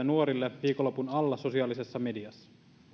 nuorille viikonlopun alla sosiaalisessa mediassa